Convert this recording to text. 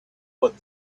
what